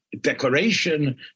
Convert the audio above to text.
declaration